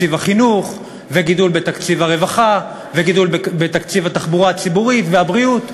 הטנק, זה רק הרובה והמטוס?